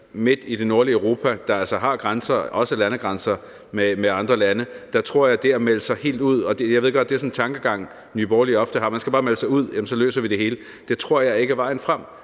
midt i det nordlige Europa, og vi har altså grænser, også landegrænser med andre lande. Jeg tror ikke på det med at melde sig helt ud. Jeg ved godt, at det er sådan en tankegang, Nye Borgerlige ofte har, nemlig at man bare skal melde sig ud, og så løser vi det hele. Det tror jeg ikke er vejen frem.